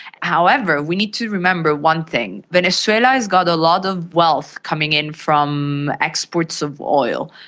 however, we need to remember one thing venezuela has got a lot of wealth coming in from exports of oil.